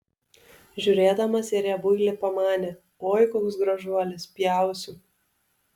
žiūrėdamas į riebuilį pamanė oi koks gražuolis pjausiu